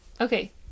Okay